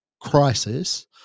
crisis